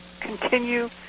continue